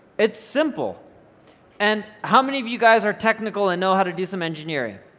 it's simple and how many of you guys are technical and know how to do some engineering?